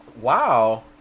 wow